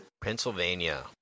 Pennsylvania